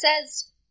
says